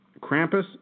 Krampus